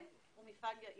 כן, הוא מפעל יעיל,